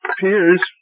peers